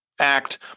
act